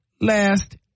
last